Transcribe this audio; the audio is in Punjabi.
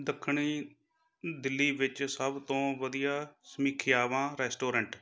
ਦੱਖਣੀ ਦਿੱਲੀ ਵਿੱਚ ਸਭ ਤੋਂ ਵਧੀਆ ਸਮੀਖਿਆਵਾਂ ਰੈਸਟੋਰੈਂਟ